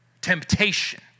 temptation